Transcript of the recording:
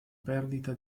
perdita